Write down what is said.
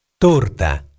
TORTA